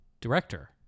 director